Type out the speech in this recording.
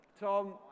Tom